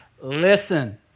listen